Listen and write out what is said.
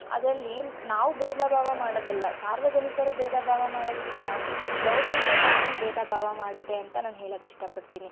ಅದರಲ್ಲಿ ನಾವು ಭೇದ ಭಾವ ಮಾಡೋದಲ್ಲ ಸಾರ್ವಜನಿಕರು ಭೇದ ಭಾವ ಮಾಡೋದಕ್ಕಿಂತ ಗೌರ್ಮೆಂಟೇ ಜಾಸ್ತಿ ಭೇದ ಭಾವ ಮಾಡುತ್ತೆ ಅಂತ ನಾನು ಹೇಳಕ್ಕೆ ಇಷ್ಟಪಡ್ತೀನಿ